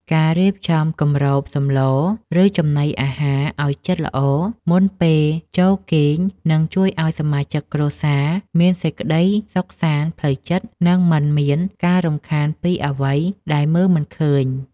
ការរៀបចំគ្របសម្ល ឬចំណីអាហារឱ្យជិតល្អមុនពេលចូលគេងនឹងជួយឱ្យសមាជិកគ្រួសារមានសេចក្តីសុខសាន្តផ្លូវចិត្ត និងមិនមានការរំខានពីអ្វីដែលមើលមិនឃើញ។